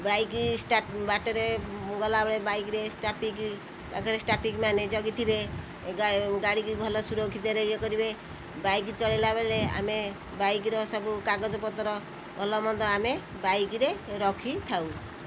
bike start ବାଟରେ ଗଲାବେଳେ ବାଇକ୍ରେ ଟ୍ରାଫିକ୍ ପାଖରେ ଟ୍ରାଫିକ୍ ମାନେ ଜଗିଥିବେ ଗାଡ଼ିକୁ ଭଲ ସୁରକ୍ଷିତରେ ୟେ କରିବେ ବାଇକ୍ ଚଲାଇଲା ବେଳେ ଆମେ ବାଇକ୍ର ସବୁ କାଗଜପତ୍ର ଭଲମନ୍ଦ ଆମେ ବାଇକ୍ରେ ରଖିଥାଉ